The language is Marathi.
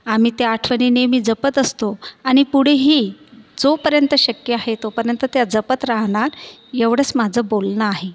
आम्ही त्या आठवणी नेहमी जपत असतो आणि पुढेही जोपर्यंत शक्य आहे तोपर्यंत त्या जपत राहणार एवढच माझं बोलणं आहे